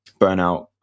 burnout